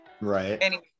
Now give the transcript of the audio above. right